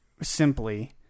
simply